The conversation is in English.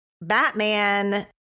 Batman